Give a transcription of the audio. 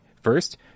first